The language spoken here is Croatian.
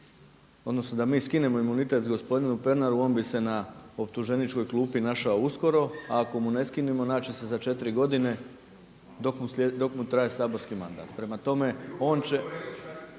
odnosno da mi skinemo imunitet gospodinu Pernaru on bi se na optuženičkoj klupi našao uskoro a ako mu ne skinemo naći će se za 4 godine dok mu traje saborski mandat. Prema tome on će,